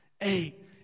eight